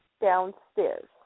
downstairs